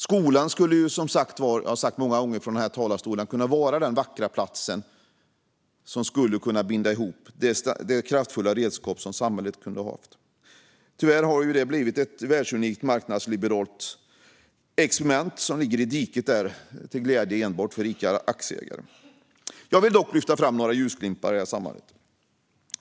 Skolan skulle - det har jag sagt många gånger från den här talarstolen - kunna vara den vackra platsen som binder ihop, det kraftfulla redskap som samhället kunde ha. Tyvärr har den blivit ett världsunikt marknadsliberalt experiment som ligger i diket, till glädje enbart för rika aktieägare. Jag vill dock lyfta fram några ljusglimtar i sammanhanget.